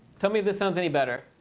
tell me if this sounds any better.